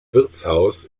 wirtshaus